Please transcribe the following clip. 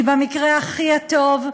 כי במקרה הכי טוב,